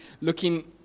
looking